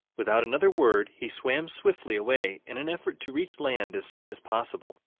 without another word, he swam swiftly away in an effort to reach land as soon as possible.